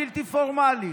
בלתי פורמלי,